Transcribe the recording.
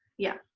yeah,